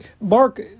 Mark